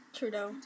Trudeau